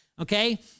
Okay